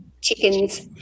chickens